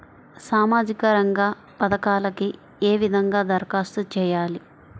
సామాజిక రంగ పథకాలకీ ఏ విధంగా ధరఖాస్తు చేయాలి?